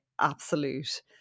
absolute